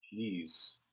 Jeez